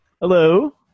Hello